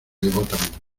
devotamente